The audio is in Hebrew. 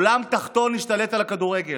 העולם התחתון השתלט על הכדורגל,